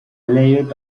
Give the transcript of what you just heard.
layout